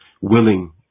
willing